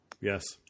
Yes